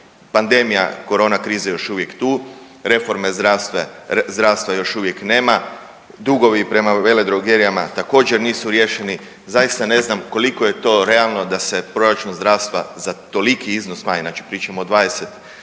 Pandemija korona krize je još uvijek tu, reforme zdravstva još uvijek nema, dugovi prema veledrogerijama također nisu riješeni, zaista ne znam koliko je to realno da se Proračun zdravstva za toliki iznos smanji, znači pričamo o 22